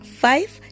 five